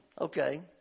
Okay